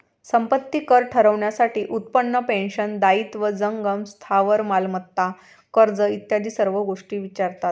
संपत्ती कर ठरवण्यासाठी उत्पन्न, पेन्शन, दायित्व, जंगम स्थावर मालमत्ता, कर्ज इत्यादी सर्व गोष्टी विचारतात